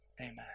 Amen